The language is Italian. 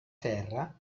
terra